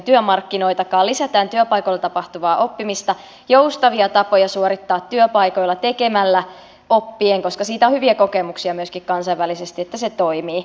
lisätään työpaikoilla tapahtuvaa oppimista joustavia tapoja suorittaa työpaikoilla tekemällä oppien koska siitä on hyviä kokemuksia myöskin kansainvälisesti että se toimii